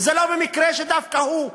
וזה לא במקרה שדווקא הוא.